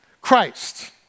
Christ